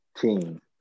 team